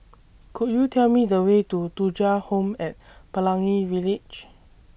Could YOU Tell Me The Way to Thuja Home At Pelangi Village